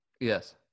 yes